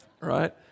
right